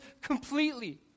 completely